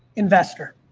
investor.